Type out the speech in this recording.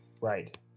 right